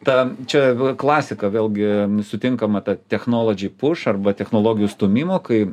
ta čia klasika vėlgi sutinkama ta technolodžy puš arba technologijų stūmimo kai